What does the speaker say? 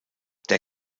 der